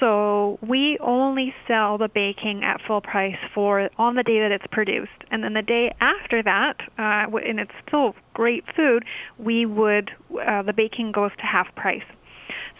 so we only sell the baking at full price for it on the day that it's produced and then the day after that when it's so great food we would the baking goes to have price